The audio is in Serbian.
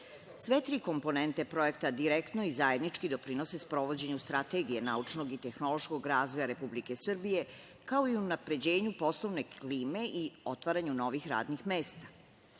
Sve tri komponente projekta direktno i zajednički doprinose sprovođenju strategije naučnog i tehnološkog razvoja Republike Srbije, kao i unapređenju poslovne klime i otvaranju novih radnih mesta.Za